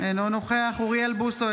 אינו נוכח אוריאל בוסו,